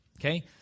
okay